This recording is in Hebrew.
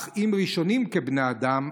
אך אם ראשונים כבני אדם,